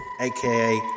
aka